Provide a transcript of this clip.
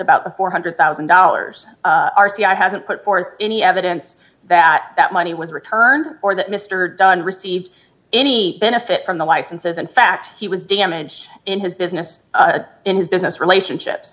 about the four hundred thousand dollars r c i hasn't put forth any evidence that that money was returned or that mr dunn received any benefit from the licenses in fact he was damaged in his business in his business relationship